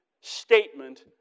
statement